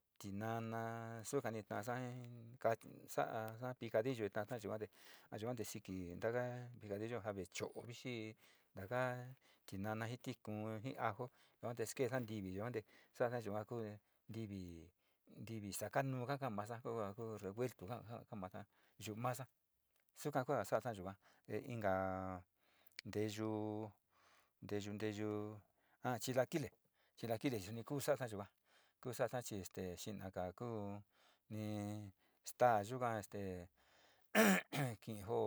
Tinana, sukani taasa jii sa'asa picadillu te tasa yuo te, o yua te siki takaa picadillo te cho'u vixi takaa tinana ji tikuu ji aju teesa ntivi te yua tasa yua te ntivi, ntivi saka nusa kaka'a masa huevo revueto kaka'a masa yu masa suka ku ja sa'asa yuka, inka nteyu, nteyu, nteyu a chilaquile chilaquile suni ku sa'asa yuka, ku sa'asa chi te sinaga ja kuu instaa ki jo.